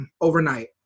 Overnight